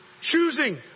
Choosing